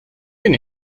bin